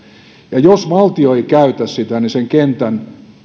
ja jos valtio ei käytä sitä kenttää niin sen